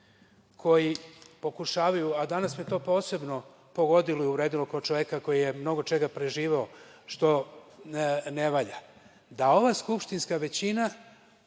koji pokušavaju, a danas me to posebno pogodilo u redovima kao čoveka koji je mnogo čega preživeo što ne valja, da ova skupštinska većina